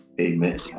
Amen